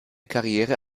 karriere